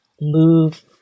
move